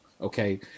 okay